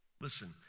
Listen